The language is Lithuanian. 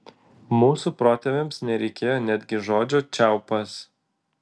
mūsų protėviams nereikėjo netgi žodžio čiaupas